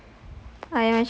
um